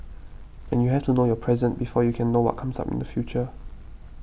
and you have to know your present before you can know what comes up in the future